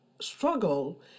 struggle